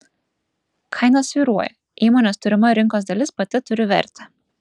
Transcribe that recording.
kaina svyruoja įmonės turima rinkos dalis pati turi vertę